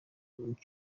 nta